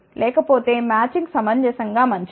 లేకపోతే మ్యాచింగ్ సమంజసం గా మంచిది